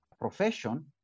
profession